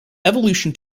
evolution